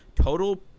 Total